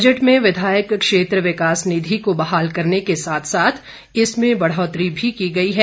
budget में विधायक क्षेत्र विकास निधि को बहाल करने के साथ साथ इसमें बढ़ोतरी भी की गई है